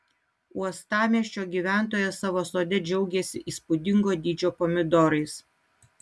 uostamiesčio gyventojas savo sode džiaugiasi įspūdingo dydžio pomidorais